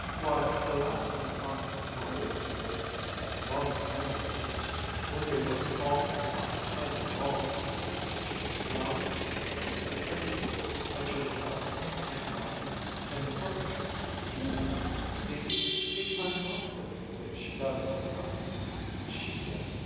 why, the last time aunt victoria was here that long time ago when they were all out playing ball she looked round and round at everything at your dress and mine and the furniture you know the the uncomfortable way she does sometimes and she said,